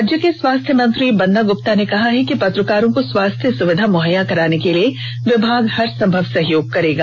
राज्य के स्वास्थ्य मंत्री बन्ना गुप्ता ने कहा है कि पत्रकारों को स्वास्थ्य सुविधा मुहैया कराने के लिएविभाग हर संभव सहयोग करेगा